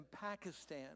Pakistan